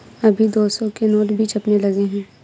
अभी दो सौ के नोट भी छपने लगे हैं